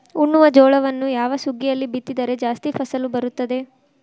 ಉಣ್ಣುವ ಜೋಳವನ್ನು ಯಾವ ಸುಗ್ಗಿಯಲ್ಲಿ ಬಿತ್ತಿದರೆ ಜಾಸ್ತಿ ಫಸಲು ಬರುತ್ತದೆ?